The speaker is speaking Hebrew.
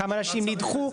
כמה אנשים נדחו?